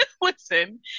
listen